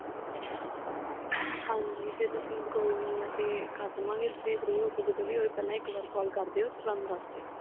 ਹਾਂਜੀ ਫਿਰ ਤੁਸੀਂ ਕੋਈ ਨਹੀਂ ਅਸੀਂ ਕਰ ਦੇਵਾਂਗੇ ਫਿਰ ਫਰੀ ਹੋ ਕੇ ਜਦੋਂ ਵੀ ਹੋਏ ਪਹਿਲਾਂ ਇੱਕ ਵਾਰ ਕੋਲ ਕਰ ਦਿਓ ਅਤੇ ਸਾਨੂੰ ਦੱਸ ਦਿਓ